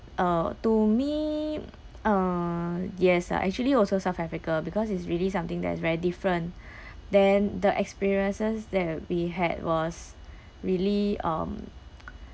uh to me uh yes uh actually also south africa because it's really something that is very different then the experiences that we had was really um